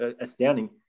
astounding